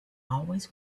always